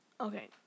Okay